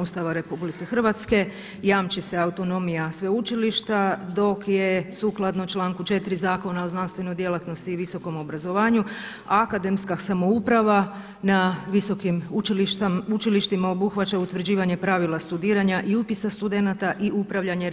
Ustava RH jamči se autonomija sveučilišta dok je sukladno članku 4. Zakona o znanstvenoj djelatnosti i visokom obrazovanju akademska samouprava na visokim učilištima obuhvaća utvrđivanje pravila studiranja i upisa studenata i upravljanje